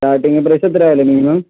starting price എത്രയാണ് വരിക minimum